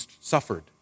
suffered